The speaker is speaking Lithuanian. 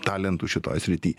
talentų šitoj srity